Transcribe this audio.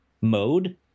mode